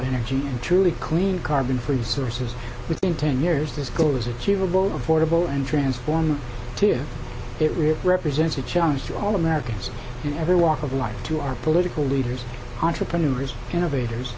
energy and truly clean carbon free sources within ten years this goal was achievable affordable and transform to get rid represents a challenge to all americans in every walk of life to our political leaders entrepreneurs innovators